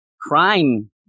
crime